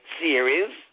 series